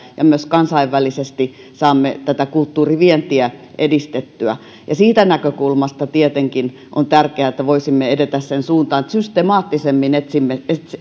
ja myös kansainvälisesti saamme kulttuurivientiä edistettyä ja siitä näkökulmasta tietenkin on tärkeää että voisimme edetä siihen suuntaan että systemaattisemmin etsisimme